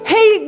Hey